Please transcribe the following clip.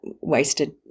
wasted